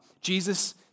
Jesus